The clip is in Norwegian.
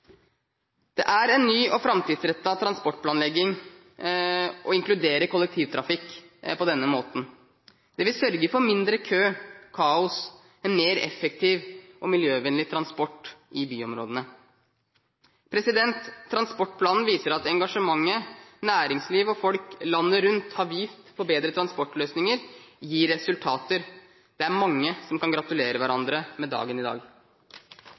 Det er en ny og framtidsrettet transportplanlegging å inkludere kollektivtrafikk på denne måten. Det vil sørge for mindre kø og kaos, og en mer effektiv og miljøvennlig transport i byområdene. Transportplanen viser at engasjementet næringsliv og folk landet rundt har vist for bedre transportløsninger, gir resultater. Det er mange som kan gratulere hverandre med dagen i dag.